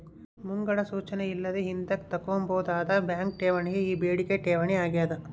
ಮುಂಗಡ ಸೂಚನೆ ಇಲ್ಲದೆ ಹಿಂದುಕ್ ತಕ್ಕಂಬೋದಾದ ಬ್ಯಾಂಕ್ ಠೇವಣಿಯೇ ಈ ಬೇಡಿಕೆ ಠೇವಣಿ ಆಗ್ಯಾದ